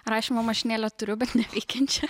rašymo mašinėlę turiu bet neveikiančią